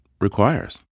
requires